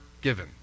given